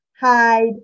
hide